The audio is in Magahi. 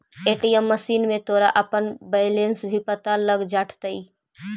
ए.टी.एम मशीन में तोरा अपना बैलन्स भी पता लग जाटतइ